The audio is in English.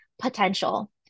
potential